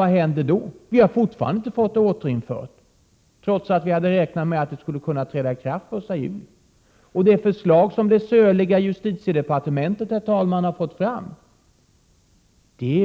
Ja, tjänsteansvaret har fortfarande inte återinförts, trots att vi hade räknat med att det skulle kunna träda i kraft den 1 juni. Det förslag som det söliga justitiedepartementet har fått fram